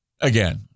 again